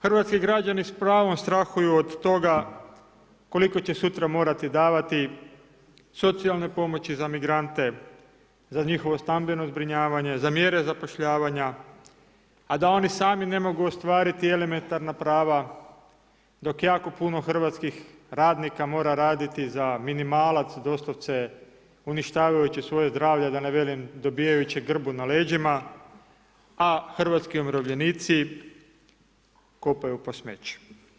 Hrvatski građani s pravom strahuju od toga koliko će sutra morati davati socijalnoj pomoći za migrante, za njihovo stambeno zbrinjavanje, za mjere zapošljavanja a da oni sami ne mogu ostvariti elementarna prava dok jako puno hrvatskih radnika mora raditi za minimalac, doslovce uništavajući svoje zdravlje da ne velim dobivajući grbu na leđima a hrvatski umirovljenici kopaju po smeću.